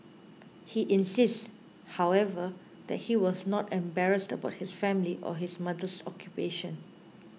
he insists however that he was not embarrassed about his family or his mother's occupation